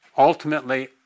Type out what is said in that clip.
Ultimately